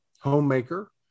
homemaker